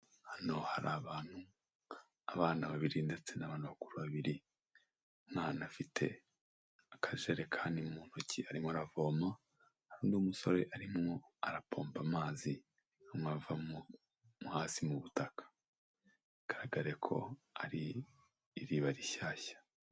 Hano hari abantu abana babiri ndetse n'abantu bakuru babiri, umwana afite akajerekani mu ntoki arimo aravoma, undi n'umusore arimwo arapompa amazi ava mu hasi mu butaka bigaragare ko ari iriba rishyashya.